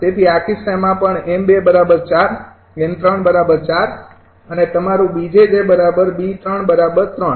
તેથી આ કિસ્સામાં પણ 𝑚2 4 𝑁૩૪ અને તમારુ 𝐵𝑗𝑗𝐵૩૩